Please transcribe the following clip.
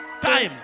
Time